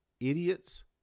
idiots